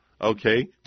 okay